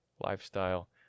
lifestyle